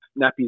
nappies